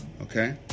okay